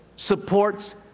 Supports